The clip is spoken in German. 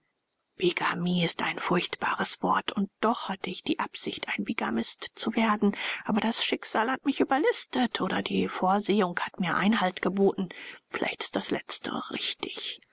bigamie ist ein furchtbares wort und doch hatte ich die absicht ein bigamist zu werden aber das schicksal hat mich überlistet oder die vorsehung hat mir einhalt geboten vielleicht ist das letztere richtig